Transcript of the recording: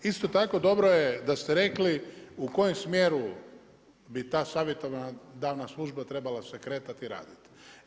Isto tako dobro je da ste rekli u kojem smjeru bi ta savjetodavna služba trebala se kretati i raditi.